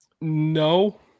No